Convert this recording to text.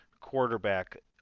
quarterback